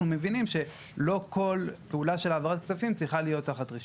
אנחנו מבינים שלא כל פעולה של העברת כספים צריכה להיות תחת רישיון.